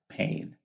pain